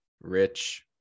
Rich